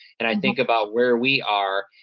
and i think about where we are,